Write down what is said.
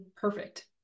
perfect